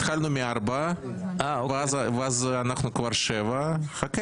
התחלנו מארבע ואנחנו כבר שבע, חכה.